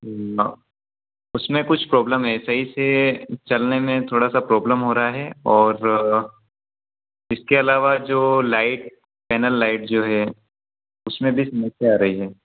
उसमें कुछ प्रोब्लम है सही से चलने में थोड़ा प्रोब्लम हो रहा है और इसके अलावा जो लाइट पैनल लाइट जो है उसमें भी समस्या आ रही है